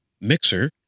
mixer